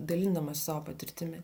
dalindamasi savo patirtimi